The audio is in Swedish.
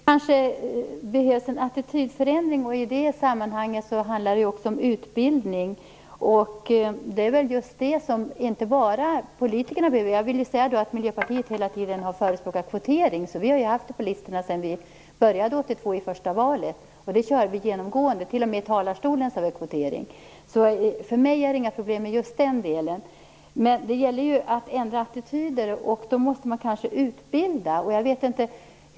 Herr talman! Jag kan visst läsa vad som står i rapporten. Det kanske behövs en attitydförändring. I det sammanhanget handlar det ju också om utbildning, vilket inte bara är något som politikerna behöver. Miljöpartiet har hela tiden förespråkat kvotering. Det har vi genomgående tillämpat på våra listor sedan vårt första val 1982, t.o.m. i talarstolen, så för mig är det inga problem med just den delen. Men det gäller ju att ändra attityder, och då krävs det kanske utbildning.